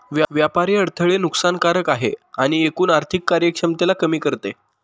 व्यापारी अडथळे नुकसान कारक आहे आणि एकूण आर्थिक कार्यक्षमतेला कमी करते